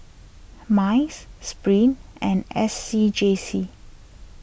Minds Spring and S C J C